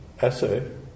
essay